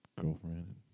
girlfriend